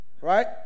right